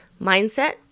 mindset